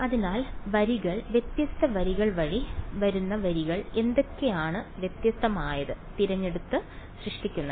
അതിനാൽ വരികൾ വ്യത്യസ്ത വരികൾ വഴി വരുന്ന വരികൾ എന്തൊക്കെയാണ് വ്യത്യസ്തമായത് തിരഞ്ഞെടുത്ത് സൃഷ്ടിക്കുന്നത്